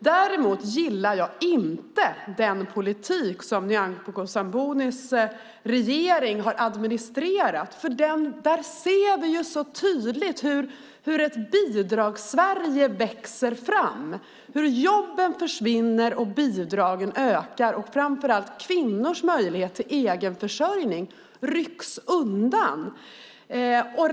Däremot gillar jag inte den politik som Nyamko Sabunis regering har administrerat, för där ser vi tydligt hur ett Bidragssverige växer fram, hur jobben försvinner och bidragen ökar. Framför allt rycks kvinnors möjlighet till egenförsörjning undan.